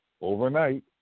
overnight